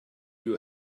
you